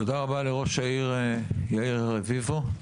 תודה רבה לראש העיר, יאיר רביבו.